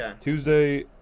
tuesday